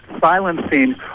silencing